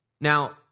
Now